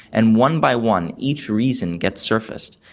and one by one each reason gets surfaced,